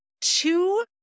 two